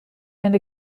and